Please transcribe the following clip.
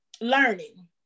learning